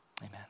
amen